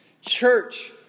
Church